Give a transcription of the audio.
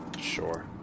Sure